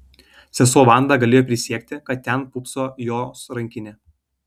sesuo vanda galėjo prisiekti kad ten pūpso jos rankinė